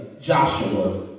Joshua